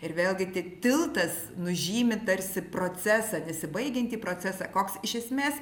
ir vėlgi tie tiltas nužymi tarsi procesą nesibaigiantį procesą koks iš esmės